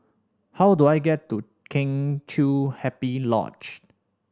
how do I get to Kheng Chiu Happy Lodge